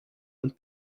and